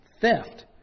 theft